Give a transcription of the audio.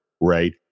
Right